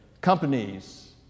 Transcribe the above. companies